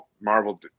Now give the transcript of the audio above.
Marvel